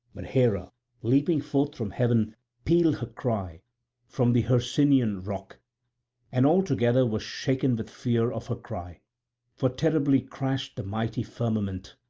but hera leaping forth from heaven pealed her cry from the hercynian rock and all together were shaken with fear of her cry for terribly crashed the mighty firmament.